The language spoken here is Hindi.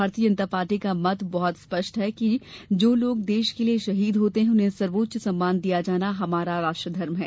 भारतीय जनता पार्टी का मत बहत स्पष्ट है कि जो लोग देश के लिए शहीद होते हैं उन्हें सर्वोच्च सम्मान दिया जाना हमारा राष्ट्र धर्म है